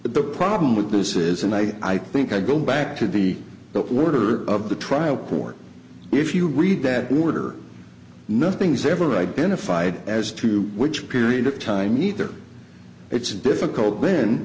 the problem with this is and i i think i go back to the that word or of the trial court if you read that word or nothing's ever identified as to which period of time either it's difficult then